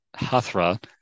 Hathra